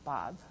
Bob